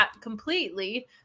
completely